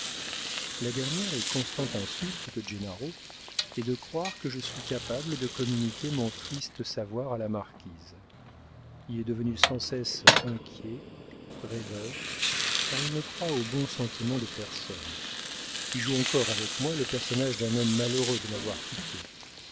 la dernière et constante insulte de gennaro est de croire que je suis capable de communiquer mon triste savoir à la marquise il est devenu sans cesse inquiet rêveur car il ne croit aux bons sentiments de personne il joue encore avec moi le personnage d'un homme malheureux de m'avoir quittée